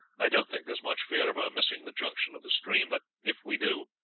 i don't think there is much fear of our missing the junction of the stream, but if we do,